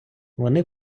вони